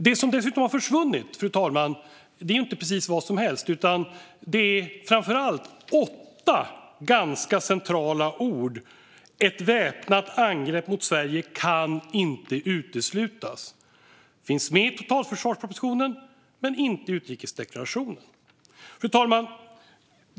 Det som har försvunnit är dessutom inte vad som helst, utan det är framför allt åtta ganska centrala ord: "Ett väpnat angrepp mot Sverige kan inte uteslutas." Det finns med i totalförsvarspropositionen men inte i utrikesdeklarationen. Fru talman!